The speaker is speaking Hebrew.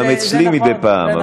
גם אצלי מדי פעם,